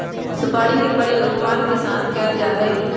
सुपारी के प्रयोग पान के साथ कइल जा हई